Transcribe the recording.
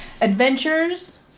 Adventures